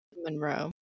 Monroe